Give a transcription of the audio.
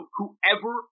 whoever